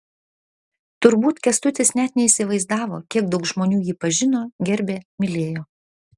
turbūt kęstutis net neįsivaizdavo kiek daug žmonių jį pažino gerbė mylėjo